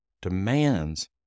demands